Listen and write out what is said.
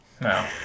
No